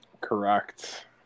Correct